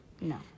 No